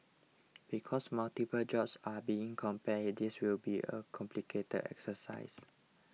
because multiple jobs are being compared this will be a complicated exercise